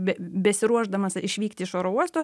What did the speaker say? be besiruošdamas išvykti iš oro uosto